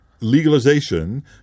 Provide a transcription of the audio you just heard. legalization